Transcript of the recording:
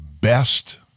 best